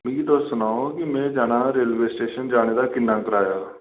मिगी तुस सनाओ में रेलवे स्टेशन जाने दा किन्ना कराया